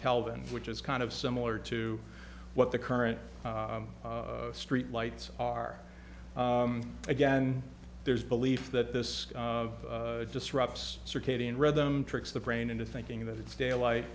calvin which is kind of similar to what the current street lights are again there's belief that this disrupts circadian rhythm tricks the brain into thinking that it's daylight